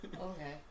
Okay